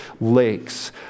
lakes